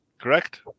correct